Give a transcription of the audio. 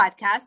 Podcast